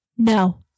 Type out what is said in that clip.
No